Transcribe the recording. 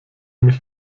mich